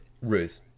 Ruth